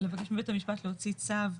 לבקש מבית המשפט להוציא צו,